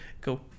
cool